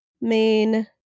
main